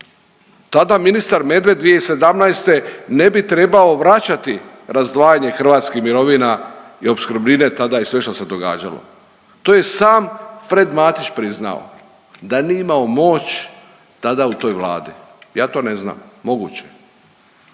Tada ministar Medved 2017. ne bi trebao vraćati razdvajanje hrvatskih mirovina i opskrbnine tada i sve što se događalo. To je sam Frad Matić priznao da nije imao moć tada u toj Vladi. Ja to ne znam. Moguće